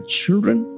children